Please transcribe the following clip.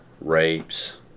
rapes